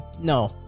No